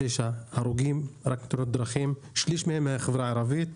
הרוגים בתאונות דרכים; שליש מהם מהחברה הערבית.